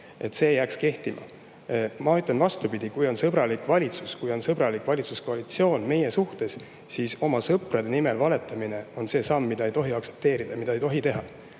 et see jääks kehtima. Ma ütlen vastupidi: kui on sõbralik valitsus, kui on meie suhtes sõbralik valitsuskoalitsioon, siis oma sõprade kohta valetamine on samm, mida ei tohi aktsepteerida ja mida ei tohi teha.